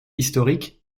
historiques